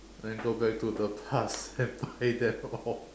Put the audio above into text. then go back to the past and buy them all